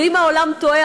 ואם העולם טועה,